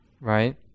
right